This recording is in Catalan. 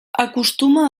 acostuma